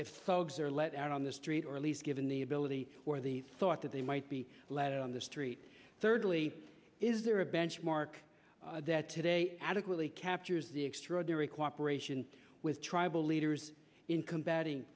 folks are let out on the street or at least given the ability or the thought that they might be let out on the street thirdly is there a benchmark that today adequately captures the extraordinary cooperation with tribal leaders in combating